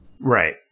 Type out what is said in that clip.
Right